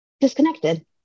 disconnected